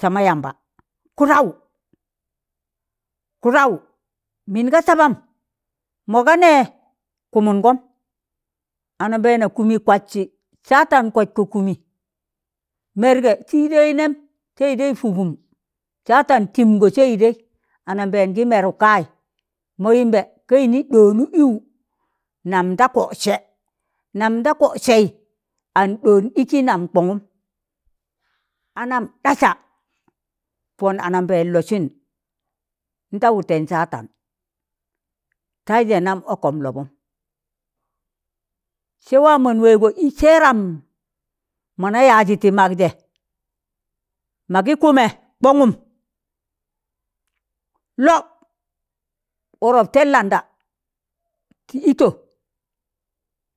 sama yamba, kuụdaụ, kụudaụ min ga sabam mọ ga nẹ kụmụn gọm, anambẹẹna kụmi kwadsi, satan kwadkọ kụmi mẹrgẹ ki idẹi nẹm, sa'idẹi pụgụm satan tingọ siidẹi anambẹẹn ki mẹrụk kai, mọ yimbẹ ka yini ɗọọni iwụ nam da kọ'sẹ namda kọd sẹi an ɗọọn iki nam kọngụm, a nam ɗasa, pọn anambẹẹn lọsin n'ta wụtẹn, satan, taijẹ nam ọkọm lọbụm, sẹ waamọn wẹẹgọ i sẹẹram mọ na yaaji ti magjẹ, magi kụmẹ kwọngụm, lọb wọrọp tẹd landa, ti itọ